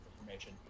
information